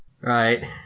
Right